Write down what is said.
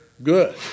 Good